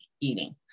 eating